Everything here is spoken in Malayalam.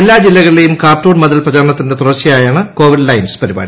എല്ലാ ജില്ലകളിലെയും കാർട്ടൂൺ മതിൽ പ്രചാരണത്തിന്റെ തുടർച്ചയായാണ് കോവിഡ് ലൈൻസ് പരിപാടി